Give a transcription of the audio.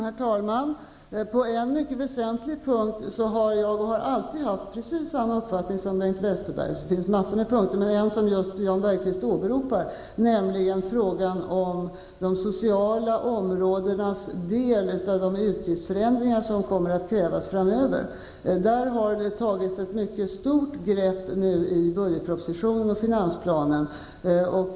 Herr talman! På en mycket väsentlig punkt har jag, och har alltid haft, precis samma uppfattning som Bengt Westerberg -- det finns mängder av sådana, men detta är en som åberopats av Jan Bergqvist -- nämligen i frågan om de sociala områdenas del av de utgiftsförändringar som kommer att krävas framöver. Där har vi nu tagit ett mycket stort grepp i budgetpropositionen och i finansplanen.